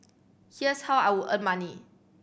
here's how I would earn money